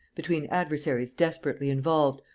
between adversaries desperately involved,